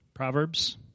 Proverbs